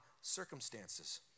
circumstances